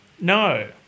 No